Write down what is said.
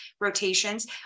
rotations